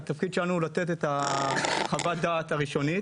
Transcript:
התפקיד שלנו הוא לתת את חוות הדעת הראשונית.